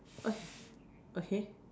okay okay